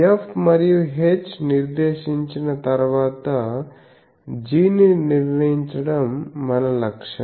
F మరియు h నిర్దేశించిన తర్వాత g ని నిర్ణయించడం మన లక్ష్యం